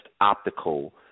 optical